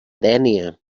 dénia